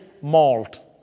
malt